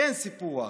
אין סיפוח.